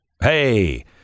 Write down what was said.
Hey